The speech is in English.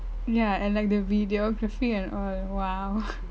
ya and like the videography and all !wow!